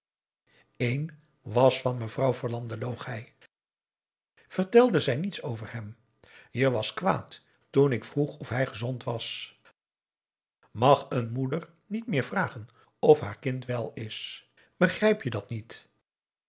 een was van mevrouw verlande loog hij vertelde zij niets over hem je was kwaad toen ik vroeg of hij gezond was mag een moeder niet meer vragen of haar kind wèl is begrijp je dat niet